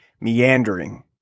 meandering